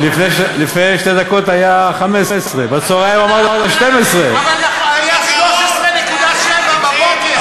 לפני שתי דקות היה 15. בצהריים אמרתם 12. אבל היה 13.7 בבוקר.